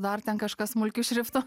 dar ten kažkas smulkiu šriftu